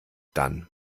dann